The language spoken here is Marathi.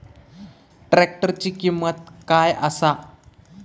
ट्रॅक्टराची किंमत काय आसा?